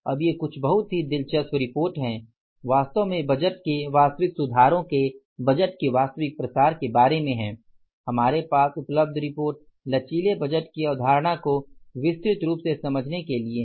अब ये कुछ बहुत ही दिलचस्प रिपोर्टें हैं वास्तव में बजट के वास्तविक सुधारों के बजट के वास्तविक प्रसार के बारे में है हमारे पास उपलब्ध रिपोर्टें लचीले बजट की अवधारणा को विस्तृत रूप से समझने के लिए है